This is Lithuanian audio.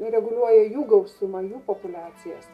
reguliuoja jų gausumą jų populiacijas